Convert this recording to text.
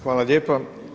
Hvala lijepa.